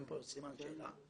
אין פה סימן שאלה.